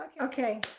Okay